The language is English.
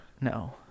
no